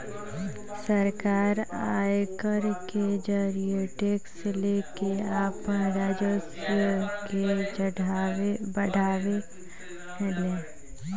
सरकार आयकर के जरिए टैक्स लेके आपन राजस्व के बढ़ावे ले